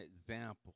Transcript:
example